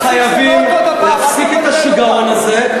אנחנו חייבים להפסיק את השיגעון הזה,